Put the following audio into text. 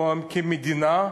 כמדינה,